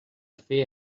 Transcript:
fer